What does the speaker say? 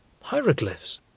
Hieroglyphs